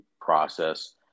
process